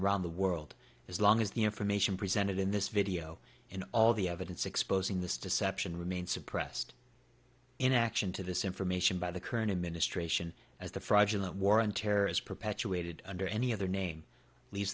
around the world as long as the information presented in this video and all the evidence exposing this deception remain suppressed in action to this information by the current administration as the fraudulent war on terror as perpetuated under any other name lea